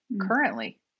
currently